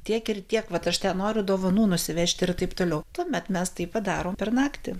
tiek ir tiek vat aš ten noriu dovanų nusivežti ir taip toliau tuomet mes tai padarom per naktį